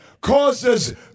causes